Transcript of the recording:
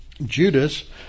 Judas